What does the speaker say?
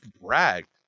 bragged